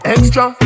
Extra